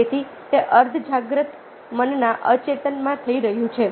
તેથી તે અર્ધજાગ્રત મનના અચેતનમાં થઈ રહ્યું છે